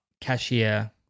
cashier